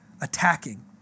attacking